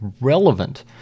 relevant